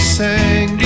sang